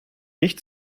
nicht